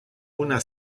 una